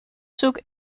zoek